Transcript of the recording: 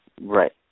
Right